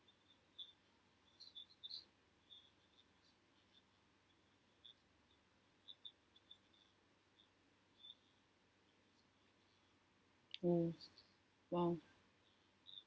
oh !wow!